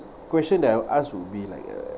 question that I'll ask will be like uh